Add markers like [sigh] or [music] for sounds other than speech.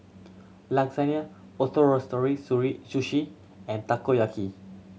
Lasagne Ootoro [unintelligible] Sushi and Takoyaki